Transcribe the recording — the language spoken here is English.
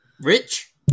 Rich